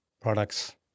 products